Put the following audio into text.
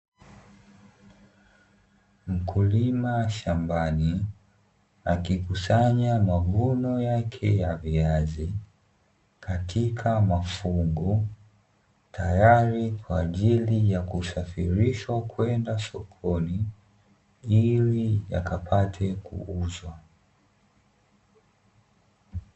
Mkulima shambani akikusanya mavuno yake ya viazi katika mafungu, tayari kwa ajili ya kusafirishwa kwenda sokoni ili yakapate kuuzwa.